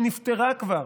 שנפתרה כבר